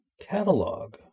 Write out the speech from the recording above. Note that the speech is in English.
catalog